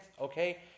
okay